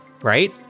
right